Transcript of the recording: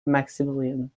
maximilian